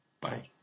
Bye